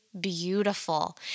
beautiful